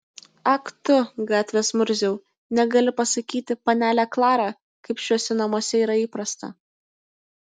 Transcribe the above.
ak tu gatvės murziau negali pasakyti panelę klarą kaip šiuose namuose yra įprasta